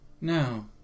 No